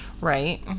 Right